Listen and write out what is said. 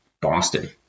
Boston